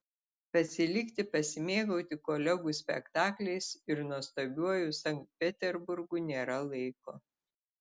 pasilikti pasimėgauti kolegų spektakliais ir nuostabiuoju sankt peterburgu nėra laiko